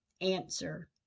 Answer